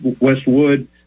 Westwood